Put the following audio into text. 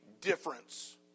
difference